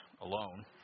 alone